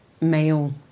male